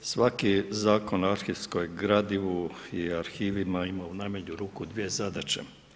Svaki zakon o arhivskom gradivu i arhivima, ima u najmanju ruku 2 zadaće.